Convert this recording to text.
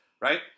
Right